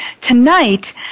tonight